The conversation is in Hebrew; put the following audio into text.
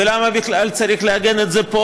ולמה בכלל צריך לעגן את זה פה,